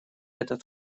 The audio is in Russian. этот